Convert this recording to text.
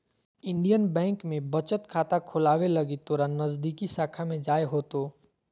Indian Bank में बचत खाता खोलावे लगी तोरा नजदीकी शाखा में जाय होतो